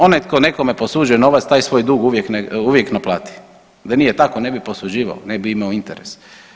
Onaj tko nekome posuđuje novac taj svoj dug uvijek naplati, da nije tako ne bi posuđivao, ne bi imao interes.